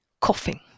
coughing